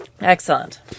Excellent